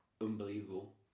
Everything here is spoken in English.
unbelievable